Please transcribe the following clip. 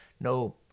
No